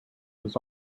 was